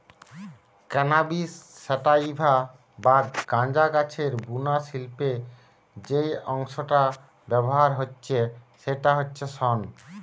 cannabis sativa বা গাঁজা গাছের বুনা শিল্পে যেই অংশটা ব্যাভার হচ্ছে সেইটা হচ্ছে শন